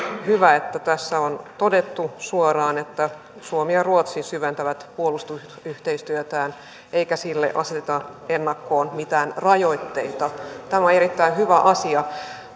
hyvä että tässä on todettu suoraan että suomi ja ruotsi syventävät puolustusyhteistyötään eikä sille aseteta ennakkoon mitään rajoitteita tämä on erittäin hyvä asia